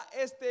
este